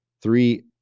Three